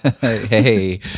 Hey